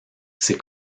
ces